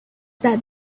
that